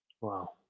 Wow